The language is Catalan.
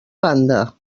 banda